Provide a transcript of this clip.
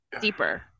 deeper